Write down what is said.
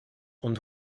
und